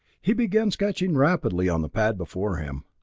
he began sketching rapidly on the pad before him,